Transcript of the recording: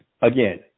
Again